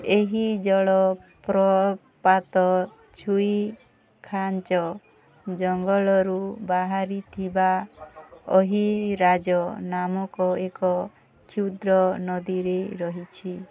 ଏହି ଜଳପ୍ରପାତ ଛୁଇଖାଞ୍ଚ ଜଙ୍ଗଲରୁ ବାହାରିଥିବା ଅହିରାଜ ନାମକ ଏକ କ୍ଷୁଦ୍ର ନଦୀରେ ରହିଛି